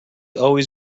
always